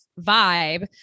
vibe